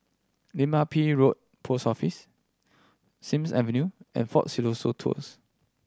Lim Ah Pin Road Post Office Sims Avenue and Fort Siloso Tours